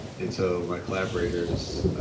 and so my collaborators,